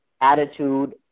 attitude